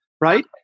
right